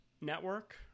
network